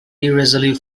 irresolute